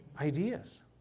ideas